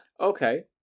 Okay